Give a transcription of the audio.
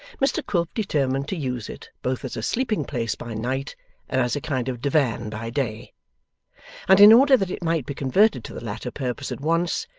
mr quilp determined to use it, both as a sleeping place by night and as a kind of divan by day and in order that it might be converted to the latter purpose at once,